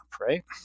right